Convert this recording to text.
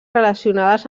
relacionades